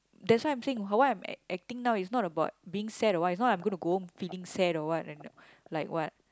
that's why I'm saying what I'm act acting now is not about being sad or what is not like I'm gonna go home feeling sad or what and like what